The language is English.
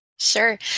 Sure